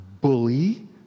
bully